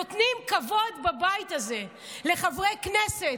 נותנים כבוד בבית הזה לחברי כנסת,